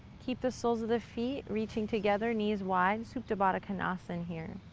keep the soles of the feet reaching together, knees wide, supdavadakanasa in here,